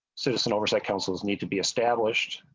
citizen oversight council's need to be established.